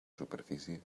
superfície